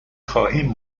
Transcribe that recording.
خواهیم